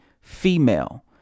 female